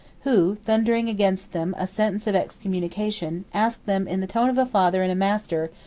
who, thundering against them a sentence of excommunication, asked them, in the tone of a father and a master,